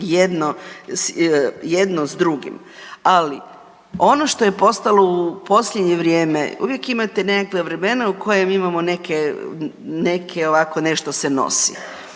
jedno s drugim. Ali, ono što je postalo u posljednje vrijeme, uvijek imate nekakva vremena u kojima imamo neke, neke, ovako, nešto se nosi.